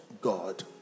God